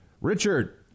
Richard